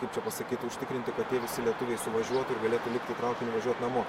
kaip čia pasakyt užtikrinti kad tie visi lietuviai suvažiuotų ir galėtų lipt į traukinį važiuot namo